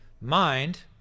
Mind